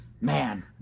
Man